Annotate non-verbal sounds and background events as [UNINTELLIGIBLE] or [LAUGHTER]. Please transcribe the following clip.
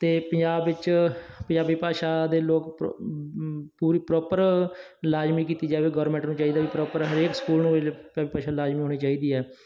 ਅਤੇ ਪੰਜਾਬ ਵਿੱਚ ਪੰਜਾਬੀ ਭਾਸ਼ਾ ਦੇ ਲੋਕ [UNINTELLIGIBLE] ਪੂਰੀ ਪ੍ਰੋਪਰ ਲਾਜ਼ਮੀ ਕੀਤੀ ਜਾਵੇ ਗੌਰਮੈਂਟ ਨੂੰ ਚਾਹੀਦਾ ਵੀ ਪ੍ਰੋਪਰ ਹਰੇਕ ਸਕੂਲ ਨੂੰ ਪੰਜਾਬੀ ਭਾਸ਼ਾ ਲਾਜ਼ਮੀ ਹੋਣੀ ਚਾਹੀਦੀ ਹੈ